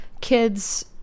kids